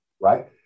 right